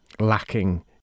Lacking